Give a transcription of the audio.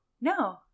No